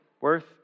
worth